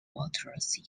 waters